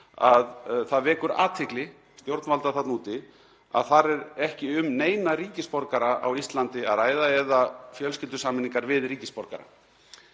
að það vekur athygli stjórnvalda þarna úti að þar er ekki um neina ríkisborgara á Íslandi að ræða eða fjölskyldusameiningar við ríkisborgara.